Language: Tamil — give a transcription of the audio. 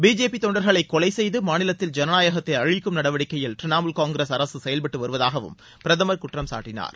பிஜேபி தொண்டர்களை கொலை செய்து மாநிலத்தில் ஜனநாயகத்தை அழிக்கும் நடவடிக்கையில் திரிணமூல் காங்கிரஸ் அரசு செயல்பட்டு வருவதாகவும் பிரதமர் குற்றம் சாட்டினார்